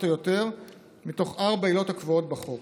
או יותר מתוך ארבע העילות הקבועות בחוק.